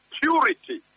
purity